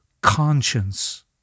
conscience